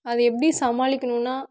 அது எப்படி சமாளிக்கணுன்னால்